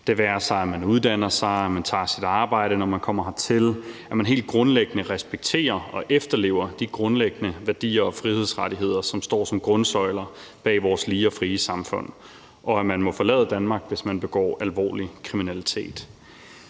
det være sig, at man uddanner sig, at man tager et arbejde, når man kommer hertil, at man helt respekterer og efterlever de grundlæggende værdier og frihedsrettigheder, som står som grundsøjler bag vores lige og frie samfund, og at man må forlade Danmark, hvis man begår alvorlig kriminalitet.